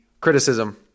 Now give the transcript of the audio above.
criticism